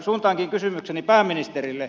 suuntaankin kysymykseni pääministerille